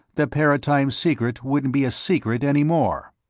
the paratime secret wouldn't be a secret any more.